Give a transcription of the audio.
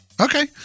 Okay